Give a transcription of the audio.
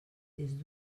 des